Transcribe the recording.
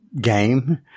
game